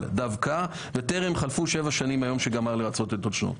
דווקא וטרם חלפו שבע שנים מהיום שגמר לרצות את עונשו.